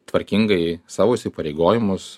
tvarkingai savo įsipareigojimus